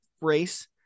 race